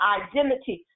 identity